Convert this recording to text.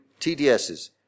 TDSs